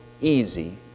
easy